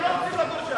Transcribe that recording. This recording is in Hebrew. הם לא רוצים לגור שם.